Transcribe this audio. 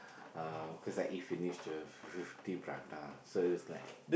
uh cause I eat finish the fifty prata so it was like